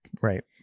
right